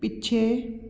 ਪਿੱਛੇ